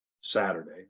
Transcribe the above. Saturday